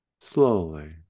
slowly